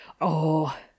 Oh